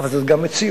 אבל זאת גם מציאות.